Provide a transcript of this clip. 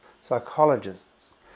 psychologists